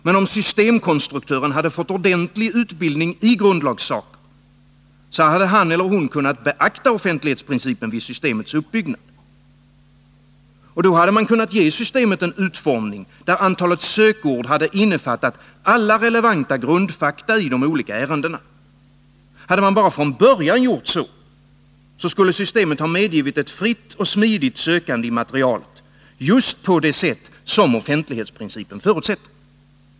Men om systemkonstruktören hade fått ordentlig utbildning i grundlagsfrågor, hade han eller hon kunnat beakta offentlighetsprincipen vid systemets uppbyggnad och kunnat ge systemet en utformning där antalet sökord hade innefattat alla relevanta grundfakta i de olika ärendena. Hade man bara från början gjort så, skulle systemet ha medgivit ett fritt och smidigt sökande i materialet — just på det sätt som offentlighetsprincipen förutsätter.